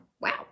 wow